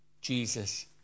Jesus